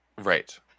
Right